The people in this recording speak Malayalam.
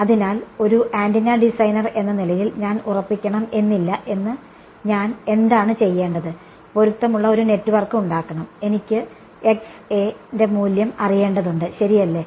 അതിനാൽ ഒരു ആന്റിന ഡിസൈനർ എന്ന നിലയിൽ ഞാൻ ഉറപ്പിക്കണം എന്നില്ല ഞാൻ എന്താണ് ചെയ്യേണ്ടത് പൊരുത്തമുള്ള ഒരു നെറ്റ്വർക്ക് ഉണ്ടാക്കണം ഇനിക്ക് ന്റെ മൂല്യം അറിയേണ്ടതുണ്ട് ശരിയല്ലേ